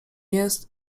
jest